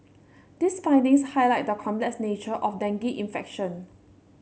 these findings highlight the complex nature of dengue infection